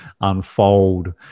unfold